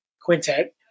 quintet